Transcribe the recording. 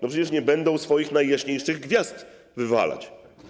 Bo przecież nie będą swoich najjaśniejszych gwiazd wywalać.